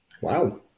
Wow